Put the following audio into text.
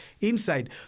inside